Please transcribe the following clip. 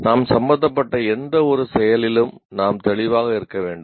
நாம் சம்பந்தப்பட்ட எந்தவொரு செயலிலும் நாம் தெளிவாக இருக்க வேண்டும்